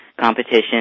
competition